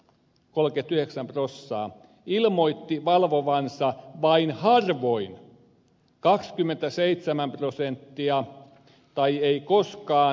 tilaajayrityksistä vajaa puolet ilmoitti valvovansa vain harvoin tai ei koskaan